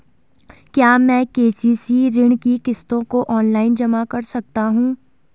क्या मैं के.सी.सी ऋण की किश्तों को ऑनलाइन जमा कर सकता हूँ?